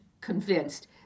convinced